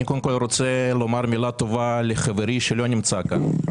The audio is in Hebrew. אני קודם כול רוצה לומר מילה טובה לחברי שלא נמצא כאן,